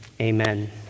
Amen